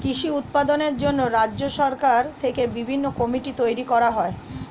কৃষি উৎপাদনের জন্য রাজ্য সরকার থেকে বিভিন্ন কমিটি তৈরি করা হয়